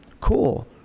Cool